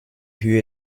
höhe